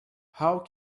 how